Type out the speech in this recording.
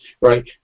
right